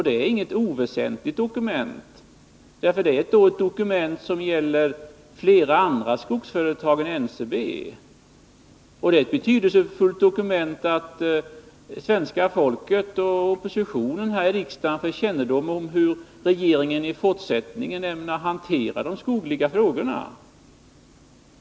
Det är inget oväsentligt dokument, för det gäller flera andra skogsföretag än NCB. Det är betydelsefullt att svenska folket och oppositionen här i riksdagen får kännedom om hur regeringen i fortsättningen ämnar hantera de skogliga frågorna.